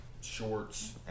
shorts